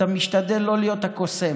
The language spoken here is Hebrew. אתה משתדל לא להיות הקוסם.